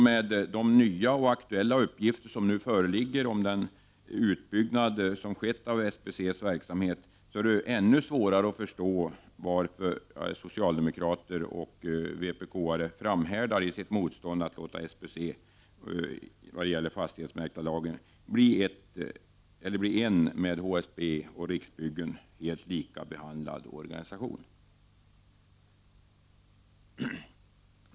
Med de nya och aktuella uppgifter som nu föreligger om den utbyggnad av SBC:s verksamhet som skett är det ännu svårare att förstå varför socialdemokrater och vpk:are framhärdar i sitt motstånd mot att låta SBC i vad gäller fastighetsmäklarlagen bli en med HSB och Riksbyggen likabehandlad organisation.